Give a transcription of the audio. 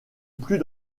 plus